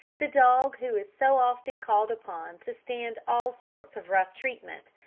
the dog who is so often called upon to stand all sorts of rough treatment,